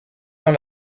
dans